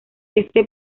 este